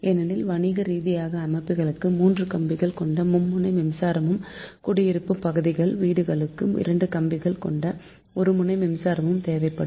ஏனெனில் வணிக ரீதியிலான அமைப்புகளுக்கு 3 கம்பிகள் கொண்ட மும்முனை மின்சாரமும் குடியிருப்பு பகுதிகள்வீடுகளுக்கு 2 கம்பிகள் கொண்ட ஒருமுனை மின்சாரமும் தேவைப்படும்